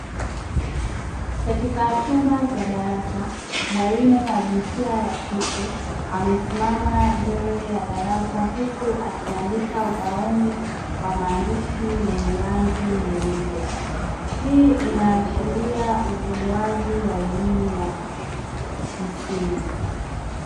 Katika chumba cha darasa mwalimu wa jinsia ya kike amesimama mbele ya darasa huku akiandika ubaoni kwa maandishi yenye rangi nyeupe. Hii inaashiria utolewaji wa elimu ya msingi.